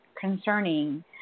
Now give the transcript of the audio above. concerning